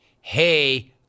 Hey